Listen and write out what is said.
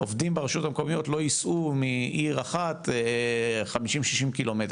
שעובדים ברשויות המקומיות לא ייסעו מעיר אחת 50-60 ק"מ,